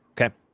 Okay